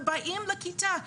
ובאים לכיתה,